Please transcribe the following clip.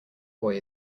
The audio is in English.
boy